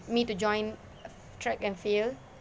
me to join track and field